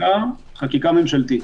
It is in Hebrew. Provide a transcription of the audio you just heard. חקיקה ממשלתית.